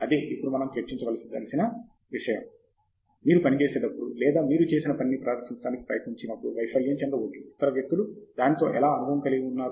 అదే ఇప్పుడు మనం చర్చించ దలిచిన విషయం మీరు పని చేసేటప్పుడు లేదా మీరు చేసిన పనిని ప్రదర్శించడానికి ప్రయత్నించినప్పుడు వైఫల్యం చెందవచ్చు ఇతర వ్యక్తులు దానితో ఎలా అనుభవం కలిగి ఉన్నారు